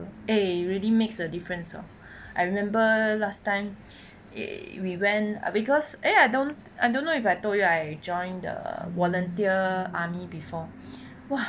eh really makes a difference oh I remember last time we went because a I don't I don't know if I told you I joined the volunteer army before !wah!